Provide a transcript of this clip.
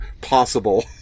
possible